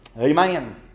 Amen